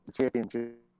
championship